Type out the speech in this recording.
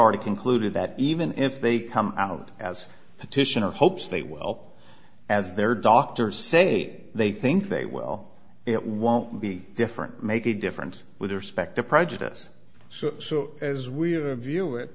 already concluded that even if they come out as petitioner hopes they well as their doctors say they think they well it won't be different make a difference with respect to prejudice so as we view it